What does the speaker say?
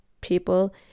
people